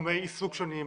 תחומי עיסוק שונים,